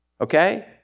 okay